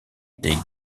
des